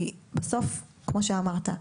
כי, בסוף, כמו שאמרת,